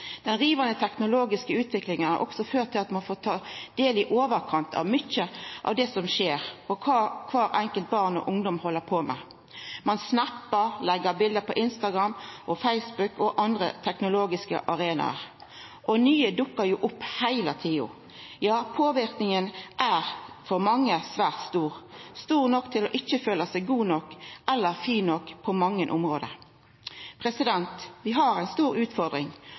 Den rivande teknologiske utviklinga har også ført til at vi har fått ta del i i overkant mykje av det som skjer, og kva kvart barn og kvar ungdom held på med. Ein «snap-ar», legg ut bilete på Instagram, Facebook og andre sosiale arenaer, og nye dukkar opp heile tida. Ja, påverknaden er for mange svært stor – stor nok til ikkje å føla seg god nok eller fin nok på mange område. Vi har ei stor utfordring,